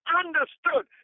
understood